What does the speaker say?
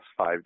5G